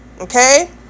Okay